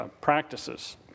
practices